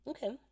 Okay